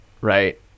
right